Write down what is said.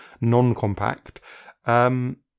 non-compact